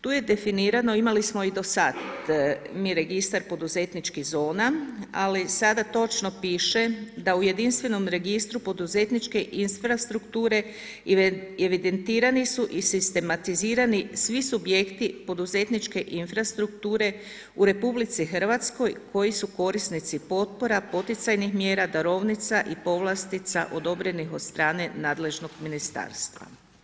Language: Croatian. Tu je definirano, imali smo i do sada mi registar poduzetničkih zona, ali sada točno piše da u jedinstvenom registru, poduzetničke infrastrukture evidentirani su i sistematizirani svi subjekti poduzetničke infrastrukture u RH koji su korisnici potpora, poticajnih mjera, darovnica, povlastica odobrenih od strane nadležnom ministarstva.